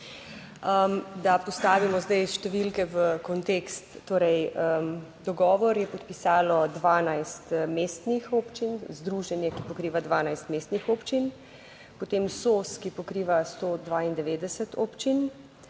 da postavimo zdaj številke v kontekst. Torej, dogovor je podpisalo 12 mestnih občin, združenje, ki pokriva 12 mestnih občin, potem SOS, ki pokriva 192 občin,